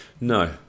No